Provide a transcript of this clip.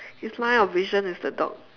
his line of vision is the dog